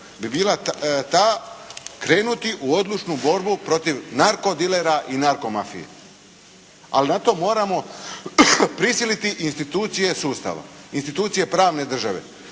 bi bila ta krenuti u odlučnu borbu protiv narko dilera i narko mafije, ali na to moramo prisiliti institucije sustava, institucije pravne države.